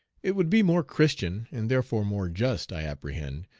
it would be more christian, and therefore more just, i apprehend,